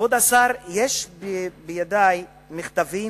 כבוד השר, יש בידי מכתבים